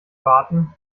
warten